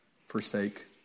forsake